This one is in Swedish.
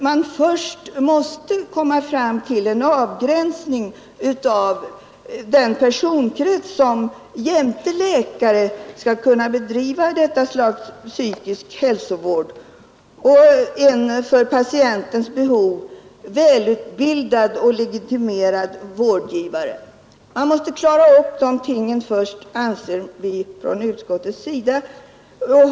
Man måste först kunna göra en avgränsning av den personkrets som jämte läkare skall bedriva ifrågavarande form av psykisk hälsovård, och denna grupp skall bestå av legitimerade och för patientens behov väl utbildade vårdgivare. Vi anser i utskottet att dessa frågor först måste klaras upp.